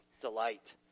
delight